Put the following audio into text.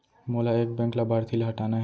मोला एक बैंक लाभार्थी ल हटाना हे?